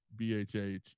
bhh